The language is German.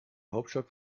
hauptstadt